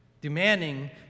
demanding